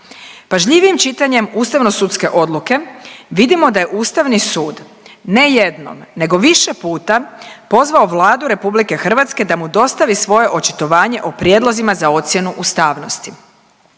Pažljivijim čitanjem ustavno-sudske odluke vidimo da je Ustavni sud ne jednom, nego više puta pozvao Vladu Republike Hrvatske da mu dostavi svoje očitovanje o prijedlozima za ocjenu ustanovnosti.